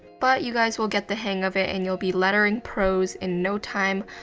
but you guys will get the hang of it, and you'll be lettering pros in no time.